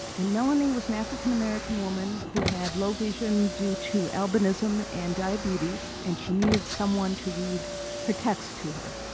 and melanie was an african-american woman who had low vision due to albinism and diabetes, and she needed someone to read her text to her.